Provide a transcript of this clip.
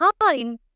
time